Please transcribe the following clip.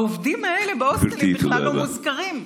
העובדים האלה בהוסטלים בכלל לא מוזכרים,